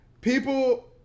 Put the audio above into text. people